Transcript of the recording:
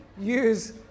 use